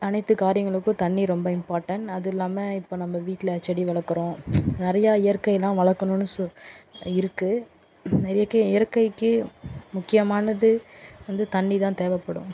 அனைத்து காரியங்களுக்கும் தண்ணிர் ரொம்ப இம்பார்ட்டண்ட் அது இல்லாமல் இப்போ நம்ம வீட்டில் செடி வளர்க்கறோம் நிறைய இயற்கைலா வளர்க்கணுனு சொ இருக்குது இயற்கையை இயற்கைக்கு முக்கியமானது வந்து தண்ணி தான்